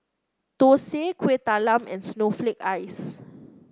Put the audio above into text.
thosai Kueh Talam and Snowflake Ice